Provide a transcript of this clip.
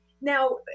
now